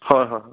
হয় হয় হয়